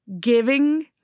giving